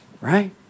Right